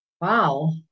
Wow